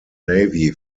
navy